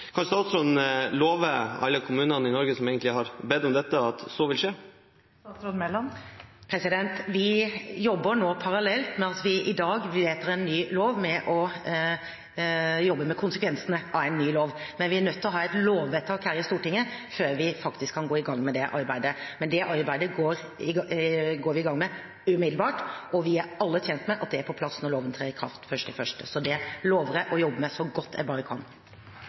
Kan statsråden love alle kommunene i Norge, som egentlig har bedt om dette, at så vil skje? Parallelt med at vi i dag vedtar en ny lov, jobber vi med konsekvensene av ny lov, men vi er nødt til å ha et lovvedtak her i Stortinget før vi faktisk kan gå i gang med det arbeidet. Det arbeidet går vi i gang med umiddelbart, og vi er alle tjent med at det er på plass når loven trer i kraft 1. januar. Så det lover jeg å jobbe med så godt jeg bare kan.